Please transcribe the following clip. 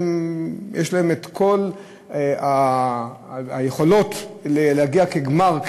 יש להן את כל היכולות להגיע כגמר,